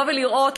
ולבוא לראות,